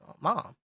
mom